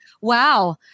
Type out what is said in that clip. Wow